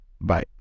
Bye